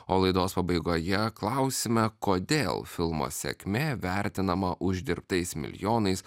o laidos pabaigoje klausime kodėl filmo sėkmė vertinama uždirbtais milijonais